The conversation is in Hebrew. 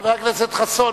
חבר הכנסת חסון,